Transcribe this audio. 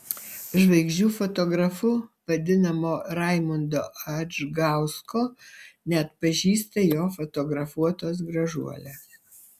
žvaigždžių fotografu vadinamo raimundo adžgausko neatpažįsta jo fotografuotos gražuolės